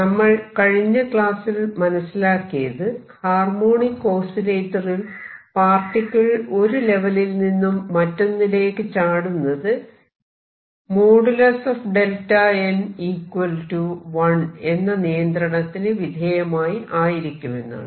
നമ്മൾ കഴിഞ്ഞ ക്ലാസ്സിൽ മനസിലാക്കിയത് ഹാർമോണിക് ഓസിലേറ്റർ ൽ പാർട്ടിക്കിൾ ഒരു ലെവലിൽ നിന്നും മറ്റൊന്നിലേക്ക് ചാടുന്നത് |Δn| 1 എന്ന നിയന്ത്രണത്തിന് വിധേയമായി ആയിരിക്കുമെന്നാണ്